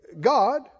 God